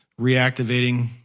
reactivating